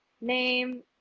name